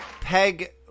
Peg